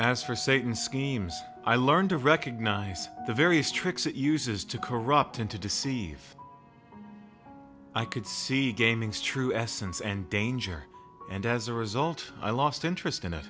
as for satan schemes i learned to recognize the various tricks it uses to corrupt and to deceive i could see gaming's true essence and danger and as a result i lost interest in it